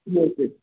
okay